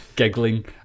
giggling